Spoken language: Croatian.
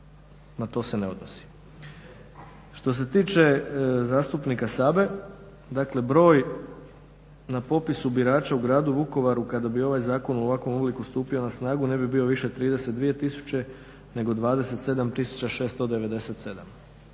na to se ne odnosi. Što se tiče zastupnika Sabe, dakle broj na popisu birača u gradu Vukovaru kada bi ovaj zakon u ovakvom obliku stupio na snagu ne bi bio više 32 tisuće nego 27 697.